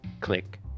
Click